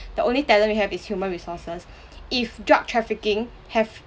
the only talent we have is human resources if drug trafficking have